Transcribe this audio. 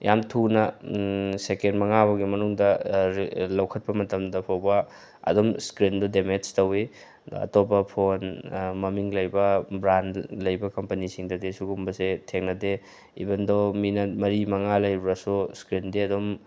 ꯌꯥꯝ ꯊꯨꯅ ꯁꯦꯀꯦꯟ ꯃꯉꯥ ꯐꯥꯎꯒꯤ ꯃꯅꯨꯡꯗ ꯂꯧꯈꯠꯄ ꯃꯇꯝꯗ ꯐꯥꯎꯕ ꯑꯗꯨꯝ ꯏꯁꯀ꯭ꯔꯤꯟꯗꯨ ꯗꯦꯃꯦꯖ ꯇꯧꯏ ꯑꯇꯣꯞ ꯐꯣꯟ ꯃꯃꯤꯡ ꯂꯩꯕ ꯕ꯭ꯔꯥꯟ ꯂꯩꯕ ꯀꯝꯄꯅꯤꯁꯤꯡꯗꯗꯤ ꯁꯤꯒꯨꯝꯕꯁꯦ ꯊꯦꯡꯅꯗꯦ ꯏꯕꯟ ꯗꯣ ꯃꯤꯅꯠ ꯃꯔꯤ ꯃꯉꯥ ꯂꯩꯔꯨꯔꯁꯨ ꯏꯁꯀ꯭ꯔꯤꯟꯗꯤ ꯑꯗꯨꯝ